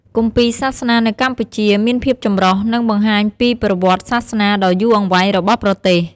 គម្ពីរសាសនានៅកម្ពុជា មានភាពចម្រុះ និងបង្ហាញពីប្រវត្តិសាសនាដ៏យូរអង្វែងរបស់ប្រទេស។